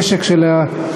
הנשק של הרקטות,